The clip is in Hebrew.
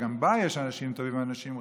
שגם בה יש אנשים טובים ואנשים רעים,